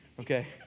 Okay